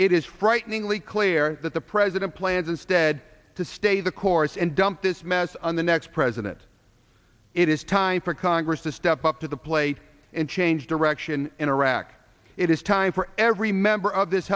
it is frighteningly clear that the president plans instead to stay the course and dump this mess on the next president it is time for congress to step up to the plate and change direction in iraq it is time for every member of this